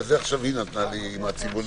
וזה מה שעכשיו היא נתנה לי עם הצבעוני.